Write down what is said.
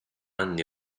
anni